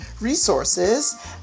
resources